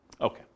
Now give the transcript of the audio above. Okay